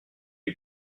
lui